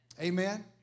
Amen